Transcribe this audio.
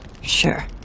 sure